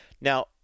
Now